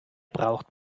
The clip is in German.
braucht